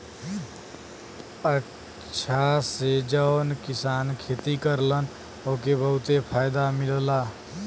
अचछा से जौन किसान खेती करलन ओके बहुते फायदा मिलला